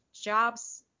jobs